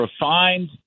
refined